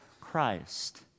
Christ